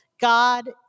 God